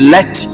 Let